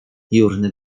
jurny